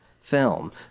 film